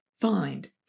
find